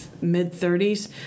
mid-30s